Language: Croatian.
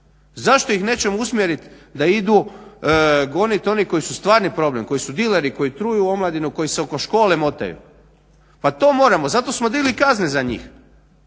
Zašto ih nećemo usmjeriti da idu gonit oni koji su stvarni problem, koji su dileri, koji truju omladinu, koji se oko škole motaju. Pa to moramo, zato smo digli kazne za njih.